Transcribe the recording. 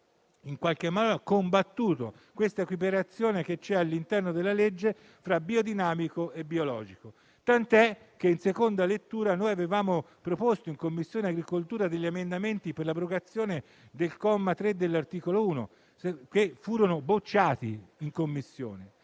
però sempre combattuto l'equiparazione che c'è all'interno della legge tra biodinamico e biologico, tant'è che in seconda lettura avevamo proposto in Commissione agricoltura degli emendamenti per l'abrogazione del comma 3 dell'articolo 1, che sono stati bocciati.